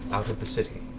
out of the city.